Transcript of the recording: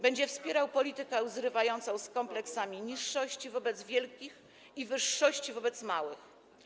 Będzie wspierał politykę zrywającą z kompleksami niższości wobec wielkich i wyższości wobec małych.